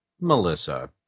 Melissa